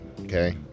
okay